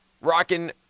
rocking